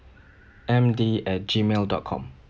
M D at Gmail dot com